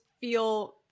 feel